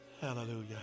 Hallelujah